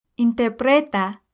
Interpreta